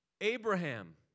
Abraham